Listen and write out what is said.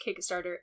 kickstarter